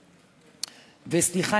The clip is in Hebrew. וסליחה,